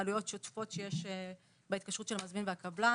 עלויות שוטפות שיש בהתקשרות של המזמין והקבלן